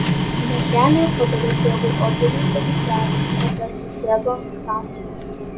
mergelė padavė tėvui odinį dirželį pati atsisėdo ant krašto